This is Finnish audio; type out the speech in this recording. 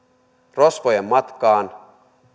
rosvojen matkaan